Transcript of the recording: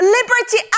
Liberty